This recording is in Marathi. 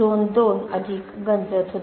झोन 2 अधिक गंजत होता